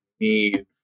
need